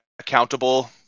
accountable –